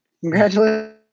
Congratulations